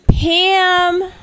Pam